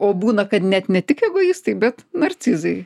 o būna kad net ne tik egoistai bet narcizai